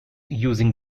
using